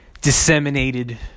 disseminated